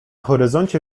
horyzoncie